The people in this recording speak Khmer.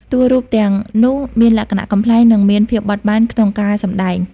តួរូបទាំងនោះមានលក្ខណៈ កំប្លែង និងមានភាពបត់បែនក្នុងការសម្តែង។